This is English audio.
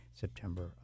September